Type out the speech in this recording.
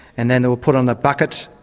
and then then were put on a bucket,